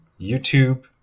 YouTube